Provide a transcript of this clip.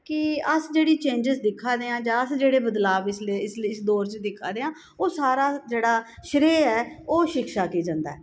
कि अस जेह्ड़ी चेंज्स दिक्खा दे आं जां अस जेह्ड़े बदलाब इसलै इस इस दौर च दिक्खा दे आं ओह् सारा जेह्ड़ा श्रेय ऐ ओह् शिक्षा गी जंदा ऐ